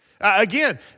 Again